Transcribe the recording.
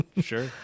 Sure